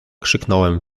krzyknąłem